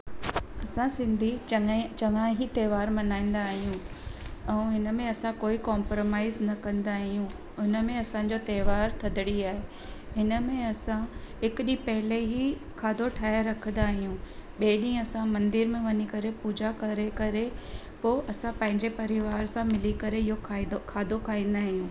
असां सिंधी चने चङा ई त्योहार मल्हाईंदा आहियूं ऐं हिन में असां कोई कॉम्प्रमाइज़ न कंदा आहियूं हुन में असांजो त्योहार थदड़ी आहे हिन में असां हिकु ॾींहुं पहिरियों ई खाधो ठाहे रखंदा आहियूं ॿिए ॾींहुं असां मंदर में वञी करे पूजा करे करे पोइ असां पंहिंजे परिवार सां मिली करे इहो खाइदो खाधो खाईंदा आहियूं